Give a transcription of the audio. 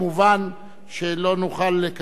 שלא נוכל לקיים, ומגלי והבה.